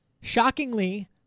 shockingly